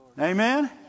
amen